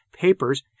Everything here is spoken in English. papers